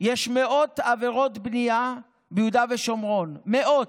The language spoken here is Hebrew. יש מאות עבירות בנייה ביהודה ושומרון, מאות,